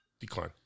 Decline